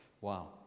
Wow